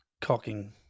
cocking